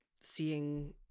seeing